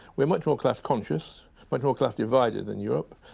we're much more class conscious, but ah class divided than europe.